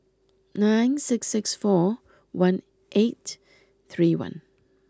nine six six four one eight three one